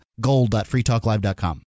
Gold.freetalklive.com